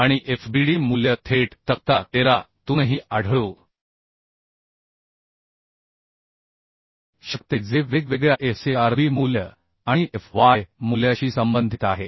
आणि fbd मूल्य थेट तक्ता 13 तूनही आढळू शकते जे वेगवेगळ्या fcrb मूल्य आणि fy मूल्याशी संबंधित आहे